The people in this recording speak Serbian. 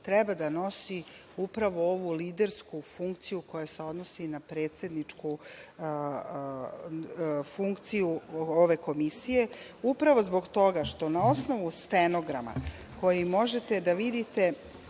treba da nosi upravo ovu lidersku funkciju koja se odnosi na predsedničku funkciju ove komisije, upravo zbog toga što na osnovu stenograma koji možete da vidite